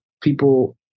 people